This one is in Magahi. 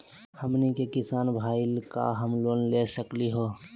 हमनी के किसान भईल, का हम लोन ले सकली हो?